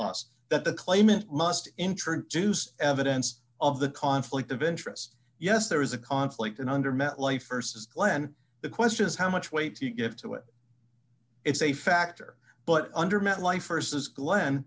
us that the claimant must introduce evidence of the conflict of interest yes there is a conflict and under met life versus glenn the question is how much weight to give to it it's a factor but under metlife versus glen